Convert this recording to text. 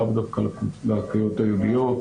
לאו דווקא לקהילות היהודיות,